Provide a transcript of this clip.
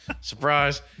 Surprise